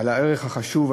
על הערך החשוב,